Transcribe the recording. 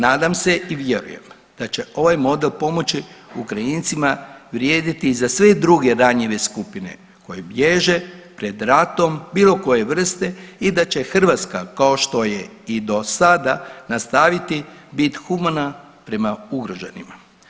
Nadam se i vjerujem da će ovaj model pomoći Ukrajincima vrijediti i za sve druge ranjive skupine koje bježe pred ratom bilo koje vrste i da će Hrvatska kao što je i dosada nastaviti bit humana prema ugroženima.